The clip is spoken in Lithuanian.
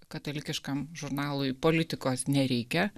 katalikiškam žurnalui politikos nereikia